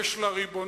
יש לה ריבונות,